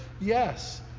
Yes